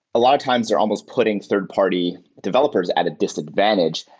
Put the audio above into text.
a lot of times they're almost putting third-party developers at a disadvantage,